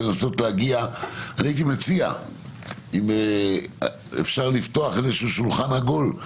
הייתי מציע אם אפשר לפתוח שולחן עגול.